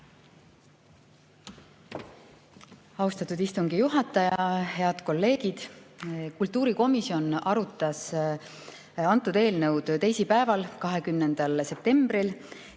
Austatud istungi juhataja! Head kolleegid! Kultuurikomisjon arutas antud eelnõu teisipäeval, 20. septembril.